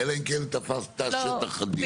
אלא אם כן תפסת שטח אדיר.